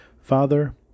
Father